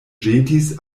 ĵetis